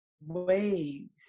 waves